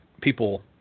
people